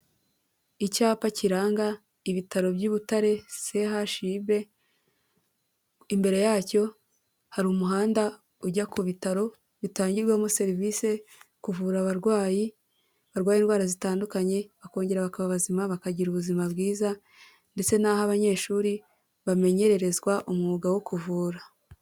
Icyapa kiranga ibitaro by'i Butare CHUB imbere yacyo hari umuhanda ujya ku bitaro bitangirwamo serivise kuvura abarwayi barwaye indwara zitandukanye bakongera bakaba bazima bakagira ubuzima bwiza, ndetse n'aho abanyeshuri bamenyerezwa umwuga wo kuvura.